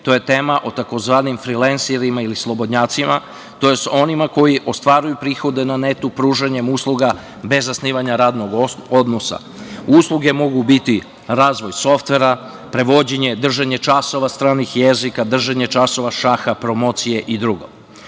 To je tema o tzv. frilenserima ili slobodnjacima, tj. onima koji ostvaruju prihode na netu pružanjem usluga bez zasnivanja radnog odnosa. Usluge mogu biti, razvoj softvera, prevođenje, držanje časova stranih jezika, držanje časova šaha, promocije i drugo. Imam